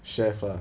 chef ah